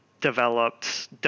developed –